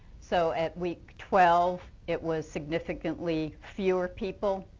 so at week twelve it was significantly fewer people.